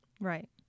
Right